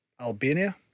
Albania